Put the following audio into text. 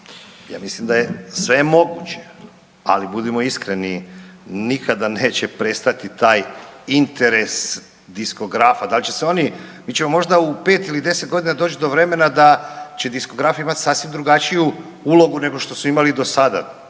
Ja mislim da je sve moguće, ali budimo iskreni, nikada neće prestati taj interes diskografa. Da li će se oni, mi ćemo možda u 5 ili 10 godina doći do vremena da će diskografi imati sasvim drugačiju ulogu nego što su imali do sada.